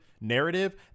narrative